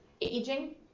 Aging